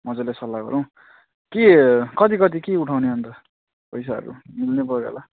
मजाले सल्लाह गरौँ के कति कति के उठाउने अन्त पैसाहरू मिल्नुपऱ्यो होला